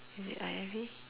is it I_F_V